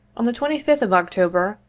on the twenty fifth of october,